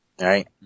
right